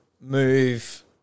Move